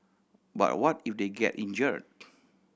but what if they get injured